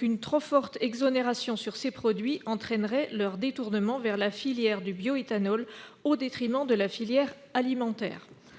Une trop forte exonération sur ces produits entraînerait leur détournement vers la filière du bioéthanol, au détriment de la filière alimentaire.